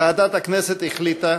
ועדת הכנסת החליטה,